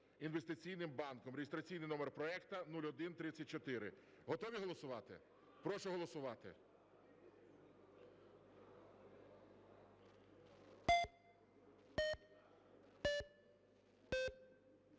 інвестиційним банком (реєстраційний номер проекту 0134). Готові голосувати? Прошу голосувати.